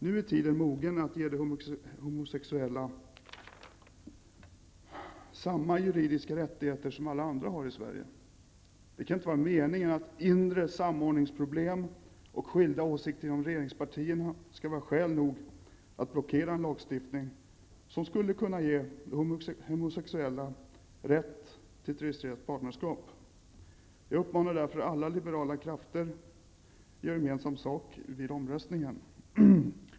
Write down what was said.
Nu är tiden mogen att också ge homosexuella samma juridiska rättigheter som alla andra i Sverige. Det kan inte vara rimligt att inre samordningsproblem och skilda åsikter inom regeringspatierna skall vara skäl nog att blockera en lagstiftning som skulle kunna ge de homosexuella rätt till ett registrerat partnerskap. Jag uppmanar därför alla liberala krafter att göra gemensam sak vid omröstningen.